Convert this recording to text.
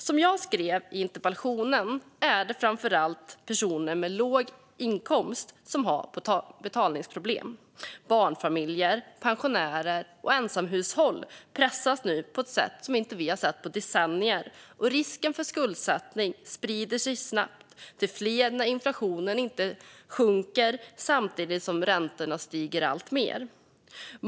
Som jag skrev i interpellationen är det framför allt personer med låg inkomst som har betalningsproblem. Barnfamiljer, pensionärer och ensamhushåll pressas nu på ett sätt som vi inte har sett på decennier, och risken för skuldsättning sprider sig snabbt till fler när inflationen inte sjunker samtidigt som räntorna stiger alltmer.